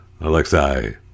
Alexei